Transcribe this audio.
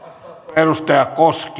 arvoisa